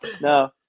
No